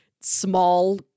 small